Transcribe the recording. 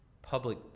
Public